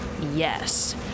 Yes